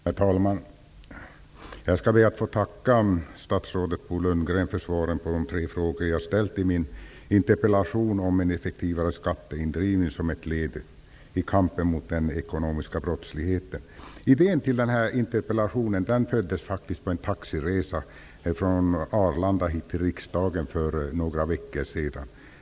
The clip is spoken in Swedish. Herr talman! Jag skall be att få tacka statsrådet Bo Lundgren för svaren på de tre frågor jag har ställt i min interpellation om en effektivare skatteindrivning som ett led i kampen mot den ekonomiska brottsligheten. Idén till interpellationen föddes på en taxiresa från Arlanda hit till riksdagen för några veckor sedan.